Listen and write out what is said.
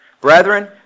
Brethren